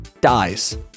dies